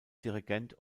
dirigent